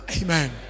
Amen